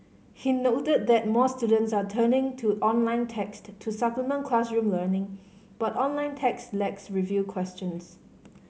he noted that more students are turning to online text to supplement classroom learning but online text lacks review questions